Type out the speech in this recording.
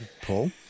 Paul